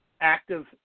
active